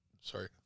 sorry